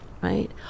right